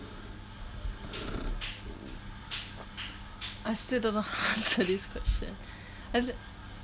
I still don't know how to answer this question